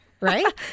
Right